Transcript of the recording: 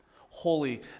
holy